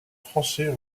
français